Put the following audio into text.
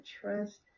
trust